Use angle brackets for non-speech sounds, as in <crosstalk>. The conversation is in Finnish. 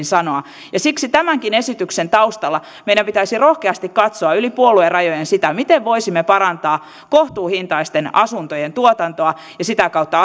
<unintelligible> sanoa siksi tämänkin esityksen taustalla meidän pitäisi rohkeasti katsoa yli puoluerajojen sitä miten voisimme parantaa kohtuuhintaisten asuntojen tuotantoa ja sitä kautta <unintelligible>